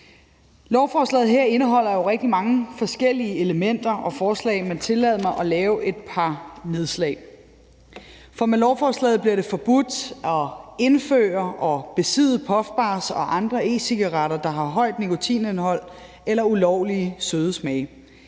Lovforslaget her indeholder jo rigtig mange forskellige elementer og forslag, men tillad mig at lave et par nedslag. Med lovforslaget bliver det forbudt at indføre og besidde puffbars og andre e-cigaretter, der har højt nikotinindhold eller ulovlige søde smage,